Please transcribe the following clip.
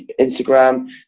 Instagram